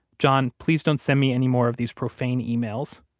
john, please don't send me any more of these profane emails.